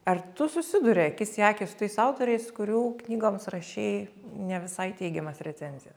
ar tu susiduri akis į akį su tais autoriais kurių knygoms rašei ne visai teigiamas recenzijas